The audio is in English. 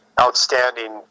outstanding